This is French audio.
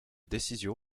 décision